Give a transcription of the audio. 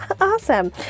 Awesome